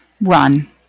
run